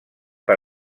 per